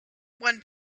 one